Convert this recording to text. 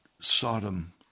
Sodom